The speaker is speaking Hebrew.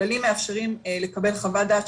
הכללים מאפשרים לקבל חוות דעת,